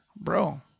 bro